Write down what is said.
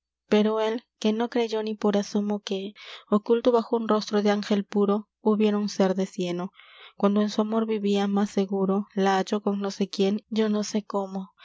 pero él que no creyó ni por asomo que oculto bajo un rostro de ángel puro hubiera un sér de cieno cuando en su amor vivia más seguro la halló con no sé quién yo no sé cómo